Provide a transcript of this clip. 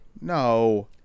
No